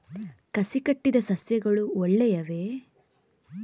ಕಸಿ ಕಟ್ಟಿದ ಸಸ್ಯಗಳು ಒಳ್ಳೆಯವೇ?